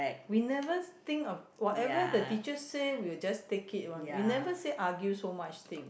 we never think of whatever the teacher say we will just take it one we will never say argue so much thing